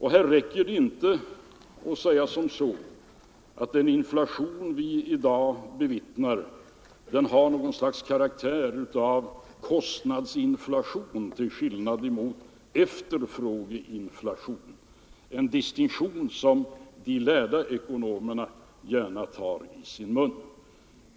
Här räcker det inte att säga att den inflation vi i dag bevittnar har något slags karaktär av kostnadsinflation till skillnad mot efterfrågeinflation, en distinktion som de lärda ekonomerna gärna tar i sin mun.